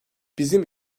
bizim